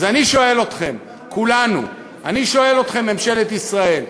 אז אני שואל אתכם, ממשלת ישראל,